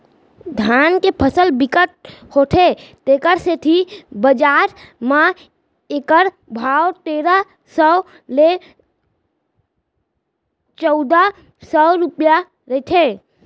धान के फसल बिकट होथे तेखर सेती बजार म एखर भाव तेरा सव ले चउदा सव रूपिया रहिथे